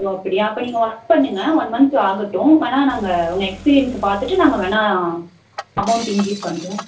ஓ அப்படியா அப்போ நீங்கள் ஒர்க் பண்ணுங்கள் ஒன் மந்த்து ஆகட்டும் வேணா நாங்கள் உங்கள் எக்ஸ்பீரியன்ஸை பார்த்துட்டு நாங்கள் வேணா அமௌன்ட் இன்க்ரீஸ் பண்ணுறோம்